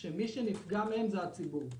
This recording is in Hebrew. שהציבור נפגע מהן.